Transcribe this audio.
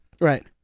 Right